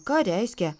ką reiskia